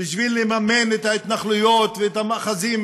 בשביל לממן את ההתנחלויות ואת המאחזים